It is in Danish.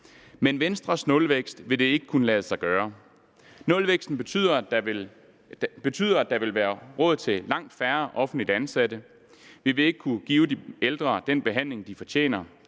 Med Venstres nulvækst vil det ikke kunne lade sig gøre. Nulvæksten betyder, at der vil være råd til langt færre offentligt ansatte. Vi vil ikke kunne give de ældre den behandling, de fortjener.